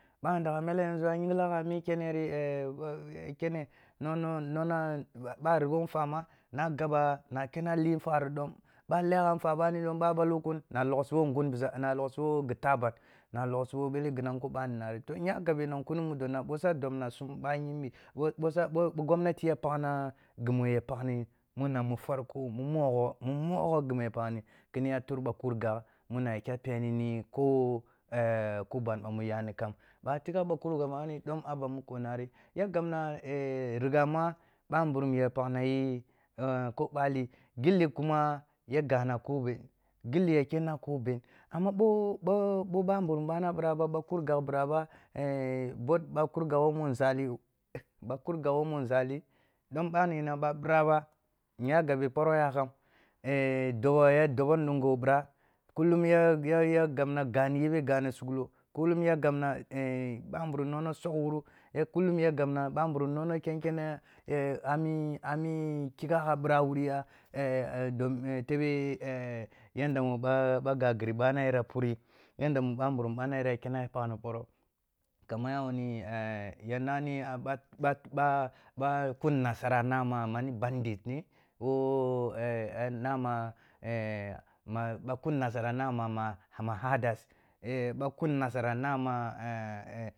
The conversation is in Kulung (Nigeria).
Ba ndagha mele yanȝu a yingla’ah a mi kenori kene nuha fari wo nfwa na gaba na kena li nfwari dom ɓwa a leah-gha nfwa ri ɗom ɓo a ɓolo kun na lughsibo ngun bisa, na loghsibo ghi tahban, na loghsibo bele ghi nanko ɓani nari, toh bo nya gabe nan kuni mudo na ɓo sa dobna sum ɓayimbi ɓo gomnati ya paghna ghi mu ya paghni muna mu farko mu mogho, mu mogho ghii mu ya paghni kini yi ya kur gagh muna kyah pani ni ko ku ban ɓo yay ani kham, ɓo a tigha ba kur gagh ɓani dom a ba muko nari ya gabna ligha ma ɓamburum ya paghnayi ko ɓali, gilli kuma ya gana ko be, gilli ya kenna a ko be, amma bo bo bamburum mini ɓiraba, ɓa kur gagh ɓira ba eh bok ɓa kur gagh wo mun nȝali, ahg… ɓa kur gagh wo mun nȝali ɗom ɓani ɓo a bira ba, nya gabe poroh yakam, eh dobo ye dobo nungu ɓira kullum ya gabna ga ni yebe ga ni sughlo, kullum ya gabna eh bamburum nana sugh wuru, kullum ya gabna ɓamburum nona kenkene ami kikha’ah ɓira a wuniya yadda mu ɓa gaghri ɓana yara purhi, yaddam bamburum ɓana yar akene ya pagh poroh, kaman ya wuni eh ya nani ɓa kun nasara na mani bandits ne wo eh na ma ɓa kun nasara na ma…ma herders, ɓa kun nasara na ma